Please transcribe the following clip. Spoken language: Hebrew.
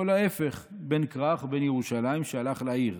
או להפך, בן כרך ובן ירושלים שהלך לעיר,